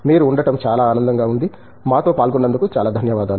మీరు ఉండటం చాలా ఆనందంగా ఉంది మాతో పాల్గొనందుకు చాలా ధన్యవాదాలు